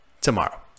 tomorrow